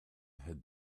had